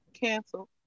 cancel